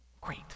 Great